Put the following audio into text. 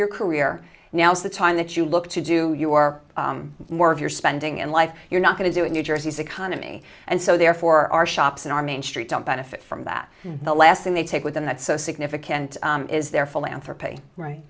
your career now is the time that you look to do you are more of your spending and life you're not going to do it new jersey's economy and so therefore our shops and our main street don't benefit from that the last thing they take with them that so significant is the